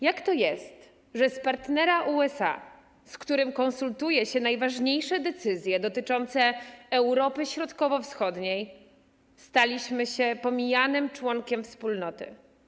Jak to jest, że z partnera USA, z którym konsultuje się najważniejsze decyzje dotyczące Europy Środkowo-Wschodniej, staliśmy się pomijanym członkiem wspólnoty?